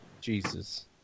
jesus